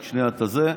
אבל,